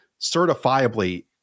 certifiably